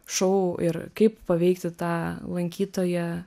šou ir kaip paveikti tą lankytoją